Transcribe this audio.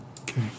okay